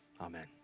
amen